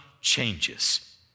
changes